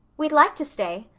we'd like to stay,